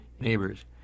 neighbors